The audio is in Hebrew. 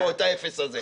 את האפס הזה.